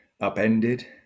upended